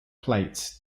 plates